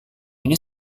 ini